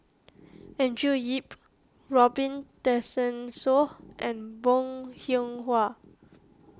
Andrew Yip Robin Tessensohn and Bong Hiong Hwa